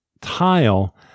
tile